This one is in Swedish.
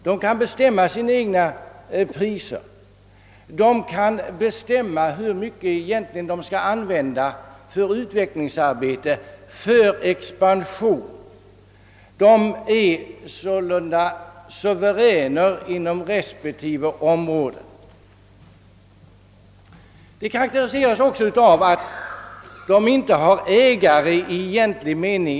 De kan bestämma sina egna priser, och de kan bestämma hur mycket de skall använ da för utvecklingsarbete, för expansion 0. s. Vv. De är sålunda suveräna inom respektive områden. Det karakteriseras också av att de inte har ägare i gammaldags mening.